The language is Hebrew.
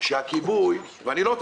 מאיפה